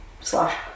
Slash